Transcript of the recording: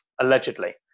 allegedly